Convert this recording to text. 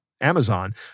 Amazon